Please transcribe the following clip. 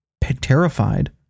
terrified